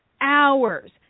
hours